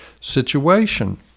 situation